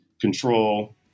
control